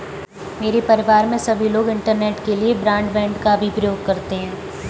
मेरे परिवार में सभी लोग इंटरनेट के लिए ब्रॉडबैंड का भी प्रयोग करते हैं